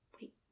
wait